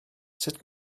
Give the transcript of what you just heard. sut